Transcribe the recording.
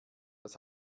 das